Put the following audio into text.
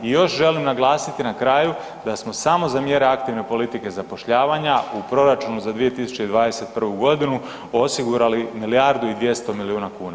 I još želim naglasiti na kraju da smo samo za mjere aktivne politike zapošljavanja u proračunu za 2021. godinu osigurali milijardu i 200 milijuna kuna.